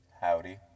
Howdy